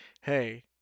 hey